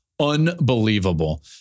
unbelievable